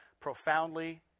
profoundly